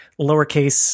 lowercase